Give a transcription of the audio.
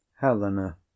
helena